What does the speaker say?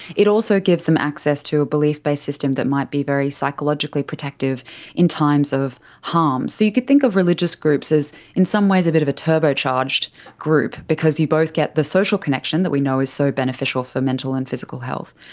it also gives them access to a belief based system that might be very psychologically protective in times of harm. so you could think of religious groups as in some ways a bit of a turbocharged group because you both get the social connection that we know is so beneficial for mental and physical health,